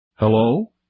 Hello